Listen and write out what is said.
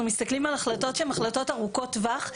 מסתכלים על החלטות שהן החלטות ארוכות טווח,